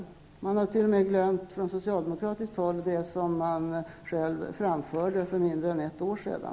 Från socialdemokratiskt håll har man t.o.m. glömt det som man själv framförde för mindre än ett år sedan.